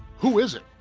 who is it?